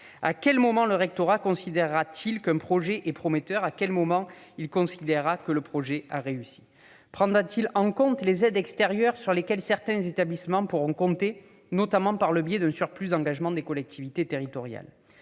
À quel moment le rectorat considérera-t-il qu'un projet est prometteur ? À quel moment considérera-t-il qu'il a réussi ? Prendra-t-il en compte les « aides extérieures » sur lesquelles certains établissements pourront compter, notamment par le biais d'un surplus d'engagements des collectivités territoriales ?